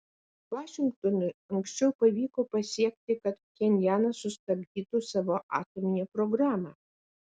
vašingtonui anksčiau pavyko pasiekti kad pchenjanas sustabdytų savo atominę programą